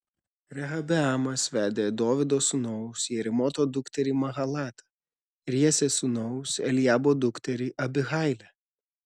rehabeamas vedė dovydo sūnaus jerimoto dukterį mahalatą ir jesės sūnaus eliabo dukterį abihailę